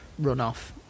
runoff